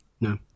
No